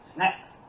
Snacks